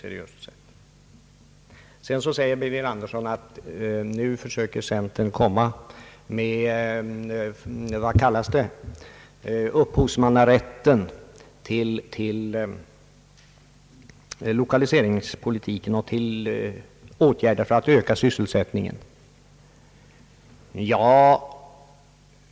Herr Birger Andersson sade vidare att centern nu försöker lägga beslag på vad som skulle kunna kallas upphovsmannarätten till lokaliseringspolitiken och till åtgärder för att öka sysselsättningen.